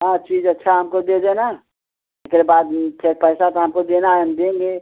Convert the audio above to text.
हाँ चीज अच्छा हमको दे देना एकरे बाद चहे पैसा तो हमको देना है हम देंगे